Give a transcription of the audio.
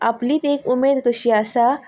आपलीच एक उमेद कशी आसा